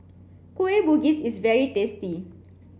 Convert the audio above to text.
Kueh Bugis is very tasty